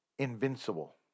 invincible